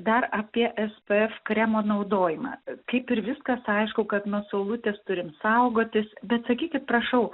dar apie spf kremo naudojimą kaip ir viskas aišku kad nuo saulutės turim saugotis bet sakykit prašau